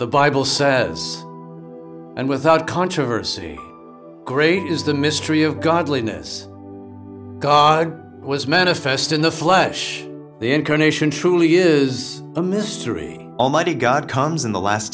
the bible says and without controversy great is the mystery of godliness god was manifest in the flesh the incarnation truly is a mystery almighty god comes in the last